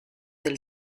del